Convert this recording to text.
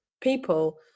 people